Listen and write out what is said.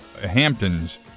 Hamptons